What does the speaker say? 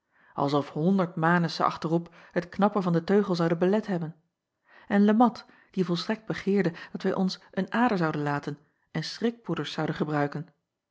of honderd anussen achterop het knappen van den teugel zouden belet hebben en e at die volstrekt begeerde dat wij ons een ader zouden laten en schrikpoeders zouden gebruiken